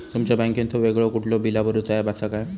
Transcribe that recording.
तुमच्या बँकेचो वेगळो कुठलो बिला भरूचो ऍप असा काय?